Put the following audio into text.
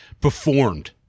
performed